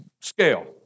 scale